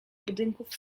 budynków